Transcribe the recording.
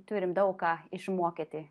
turim daug ką išmokyti